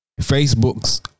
Facebook's